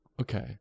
Okay